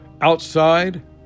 outside